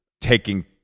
taking